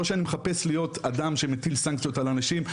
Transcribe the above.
לא שאני מחפש להיות אדם שמטיל סנקציות על אנשים,